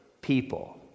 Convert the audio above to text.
people